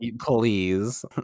please